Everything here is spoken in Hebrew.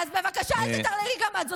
אז בבקשה, אל תטרללי גם את.